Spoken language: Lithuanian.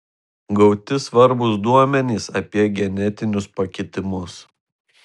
gauti svarbūs duomenys apie genetinius pakitimus